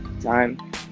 time